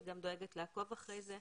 היא גם דואגת לעקוב אחרי זה.